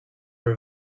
are